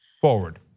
forward